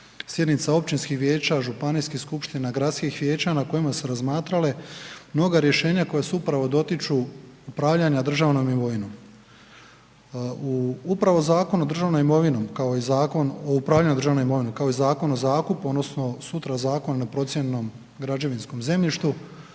sjednica općinskih vijeća, županijskih skupština, gradskih vijeća, na kojima su se razmatrale mnoga rješenja koja se upravo dotiču upravljanja državnom imovinom. Upravo Zakon o državnom imovinom, kao i Zakon o upravljanju državnom imovinom, kao i Zakon o zakupu odnosno sutra Zakon na procijenjenom građevinskom zemljištu,